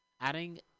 adding